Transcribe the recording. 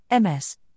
MS